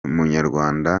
munyarwanda